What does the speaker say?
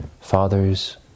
fathers